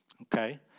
Okay